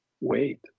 wait